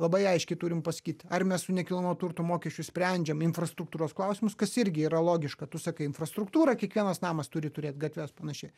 labai aiškiai turim pasakyt ar mes su nekilnojamo turto mokesčiu sprendžiame infrastruktūros klausimus kas irgi yra logiška tu sakai infrastruktūra kiekvienas namas turi turėti gatves panašiai